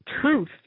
truth